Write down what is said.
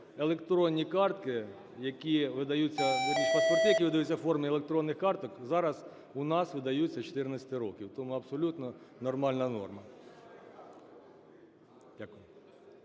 паспорти, які видаються у формі електронних карток, зараз у нас видаються з 14 років. Тому абсолютно нормальна норма.